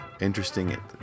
interesting